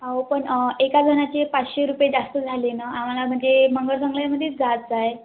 हो पण एका जणाचे पाचशे रुपये जास्त झाले ना आम्हाला म्हणजे मध्येच जायचं आहे